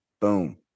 boom